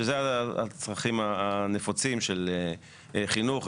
שאלו הצרכים הנפוצים של חינוך,